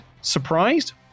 Surprised